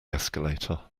escalator